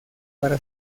para